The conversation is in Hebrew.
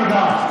תודה.